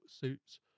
suits